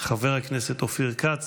חבר הכנסת אופיר כץ